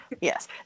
Yes